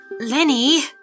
Lenny